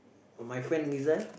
for my friend Rizal